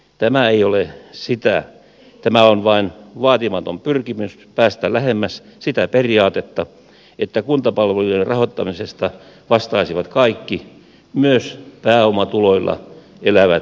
tämä ei ole sitä tämä on vain vaatimaton pyrkimys päästä lähemmäs sitä periaatetta että kuntapalvelujen rahoittamisesta vastaisivat kaikki myös pääomatuloilla elävät rikkaat